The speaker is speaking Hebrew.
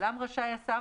ואולם רשאי השר,